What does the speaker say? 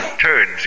turns